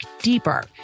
deeper